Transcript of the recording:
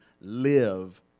live